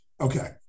okay